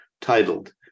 titled